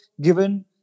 given